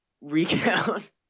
Recount